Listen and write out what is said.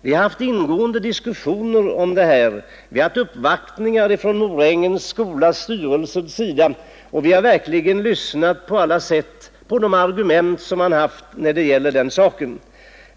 Vi har haft ingående diskussioner om detta problem. Uppvaktningar har skett från styrelsen för Morängens skola, och vi har verkligen lyssnat på alla de argument som framförts.